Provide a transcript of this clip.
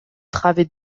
travée